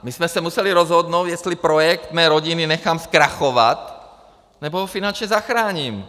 My jsme se museli rozhodnout, jestli projekt mé rodiny nechám zkrachovat, nebo ho finančně zachráním.